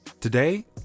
Today